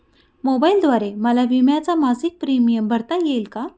मोबाईलद्वारे मला विम्याचा मासिक प्रीमियम भरता येईल का?